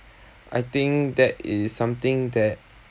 I think that is something that